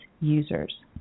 users